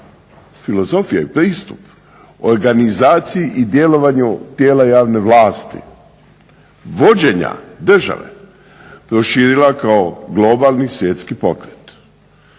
filozofija i pristup organizaciji i djelovanju tijela javne vlasti vođenja države proširila kao globalni svjetski pokret.